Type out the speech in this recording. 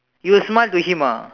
you will smile to him ah